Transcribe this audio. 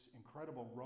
incredible